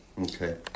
Okay